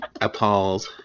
Appalled